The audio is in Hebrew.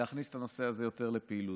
להכניס את הנושא הזה יותר לפעילות.